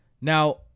Now